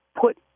put